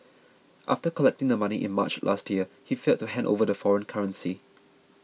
after collecting the money in March last year he failed to hand over the foreign currency